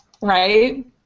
Right